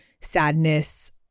sadness